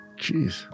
Jeez